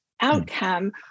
outcome